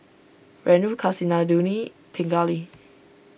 Renu Kasinadhuni Pingali